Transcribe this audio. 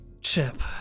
Chip